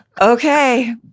okay